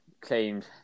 claimed